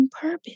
purpose